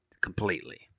Completely